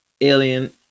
alien